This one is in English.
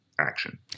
action